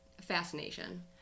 fascination